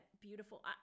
beautiful